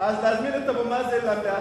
אבו מאזן לפה.